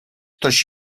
ktoś